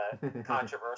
controversial